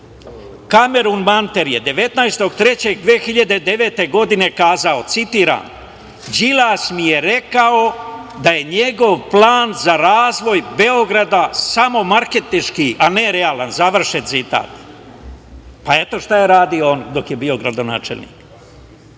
Kamerun Manter je 19.03.2009. godine kazao, citiram: „Đilas mi je rekao da je njegov plan za razvoj Beograda samo marketinški, a ne realan“. Završen citat. Pa, eto šta je radio on dok je bio gradonačelnik,